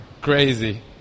crazy